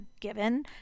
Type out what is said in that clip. given